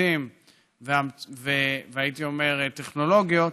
שירותים והייתי אומר טכנולוגיות,